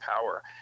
power